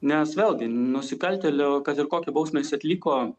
nes vėlgi nusikaltėlio kad ir kokią bausmę jis atliko